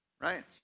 right